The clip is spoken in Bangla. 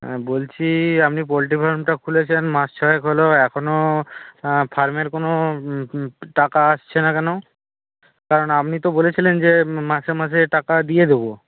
হ্যাঁ বলছি আপনি পোলট্রি ফার্মটা খুলেছেন মাস ছয়েক হল এখনও ফার্মের কোনো টাকা আসছে না কেন কারণ আপনি তো বলেছিলেন যে মাসে মাসে টাকা দিয়ে দেবো